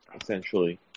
essentially